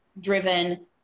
driven